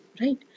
right